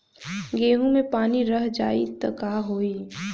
गेंहू मे पानी रह जाई त का होई?